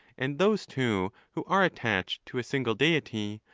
and those, too, who are attached to a single deity,